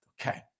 Okay